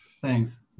Thanks